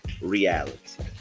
reality